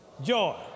Joy